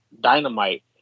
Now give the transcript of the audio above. Dynamite